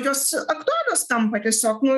jos aktualios tampa tiesiog nu